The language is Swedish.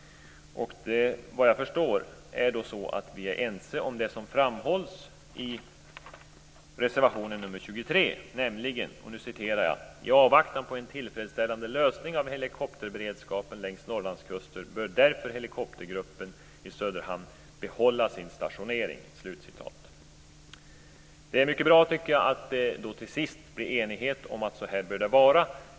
Såvitt jag förstår är vi ense om det som framhålls i reservation nr 23: "I avvaktan på en tillfredsställande lösning av helikopterberedskapen längs Norrlandskusten bör därför helikoptergruppen i Söderhamn behålla sin stationering." Det är mycket bra att det till sist blir enighet om att det bör vara så här.